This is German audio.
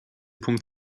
punkt